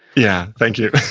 yeah, thank you.